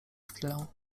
chwilę